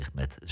met